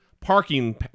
parking